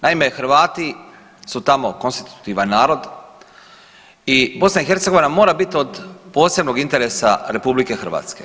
Naime, Hrvati su tamo konstitutivan narod i BiH mora biti od posebnog interesa RH.